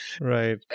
Right